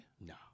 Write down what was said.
No